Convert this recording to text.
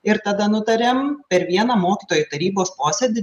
ir tada nutarėm per vieną mokytojų tarybos posėdį